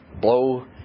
blow